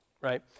right